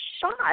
shot